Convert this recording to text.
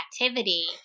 activity